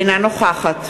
אינה נוכחת